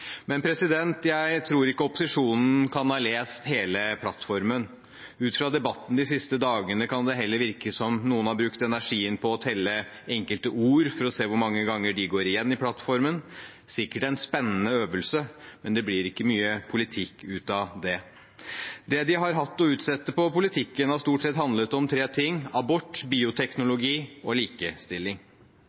men det blir ikke mye politikk ut av det. Det de har hatt å utsette på politikken, har stort sett handlet om tre ting: abort, bioteknologi og likestilling.